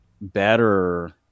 better